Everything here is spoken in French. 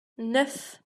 neuf